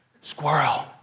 Squirrel